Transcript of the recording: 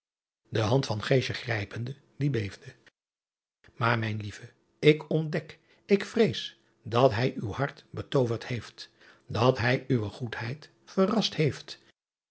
aar mijn lieve ik ontdek ik vrees dat hij uw hart betooverd heeft dat hij uwe goedheid verrast heeft